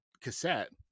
cassette